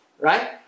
right